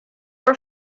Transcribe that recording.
were